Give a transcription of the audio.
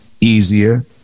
easier